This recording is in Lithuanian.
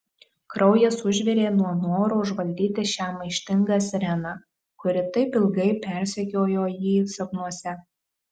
kraujas užvirė nuo noro užvaldyti šią maištingą sireną kuri taip ilgai persekiojo jį sapnuose